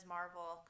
Marvel